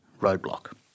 roadblock